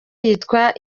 yitwa